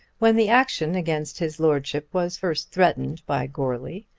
when the action against his lordship was first threatened by goarly,